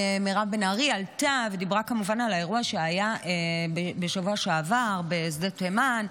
מירב בן ארי עלתה ודיברה כמובן על האירוע שהיה בשבוע שעבר בשדה תימן,